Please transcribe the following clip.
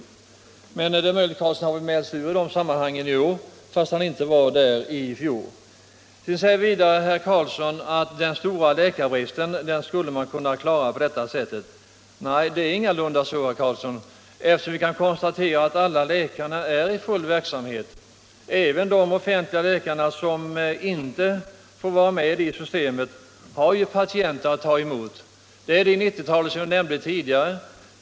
— anställd läkare med Men det är möjligt att herr Carlsson mält sig ur de sammanhangen nu, = privatpraktik att fast han var där i fjol. ansluta sig till Vidare sade herr Carlsson att den stora läkarbristen skulle kunna klaras — Sjukförsäkringen på detta sätt. Det är ingalunda så, herr Carlsson, eftersom vi kan konstatera att alla läkare är i full verksamhet. Även de offentliga läkarna, som inte får vara med i systemet, har hela tiden patienter att ta emot. Det är det 90-tal läkare som vi nämnde tidigare.